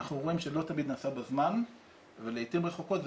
אנחנו רואים שזה לא תמיד נעשה בזמן ולעתים רחוקות זה